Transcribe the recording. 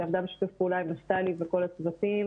שעבדה בשיתוף פעולה עם נפתלי וכל הצוותים,